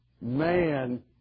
man